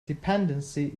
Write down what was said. dependency